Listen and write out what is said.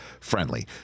friendly